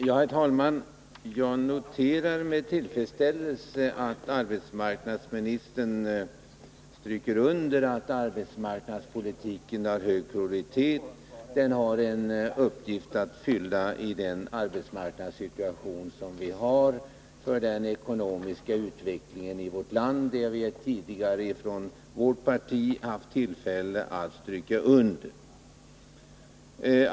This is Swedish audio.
Herr talman! Jag noterar med tillfredsställelse att arbetsmarknadsministern stryker under att arbetsmarknadspolitiken har hög prioritet. Den har en uppgift att fylla i den arbetsmarknadssituation som vi har och för den ekonomiska utvecklingen i vårt land. Det har vi tidigare också från vårt parti haft tillfälle att poängtera.